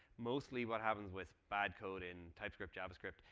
mostly what happens with bad code in type script, javascript,